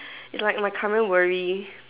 you like my coming worry